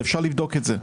ואפשר לבדוק את זה.